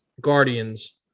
Guardians